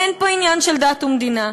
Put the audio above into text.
אין פה עניין של דת ומדינה,